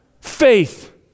faith